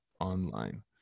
online